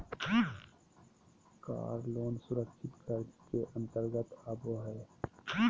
कार loan सुरक्षित कर्ज के अंतर्गत आबो हय